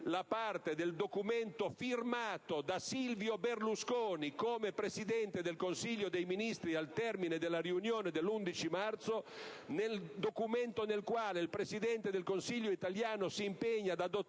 la parte del documento firmato da Silvio Berlusconi come Presidente del Consiglio dei ministri, al termine della riunione dell'11 marzo, documento nel quale il Presidente del Consiglio italiano si impegna ad adottare,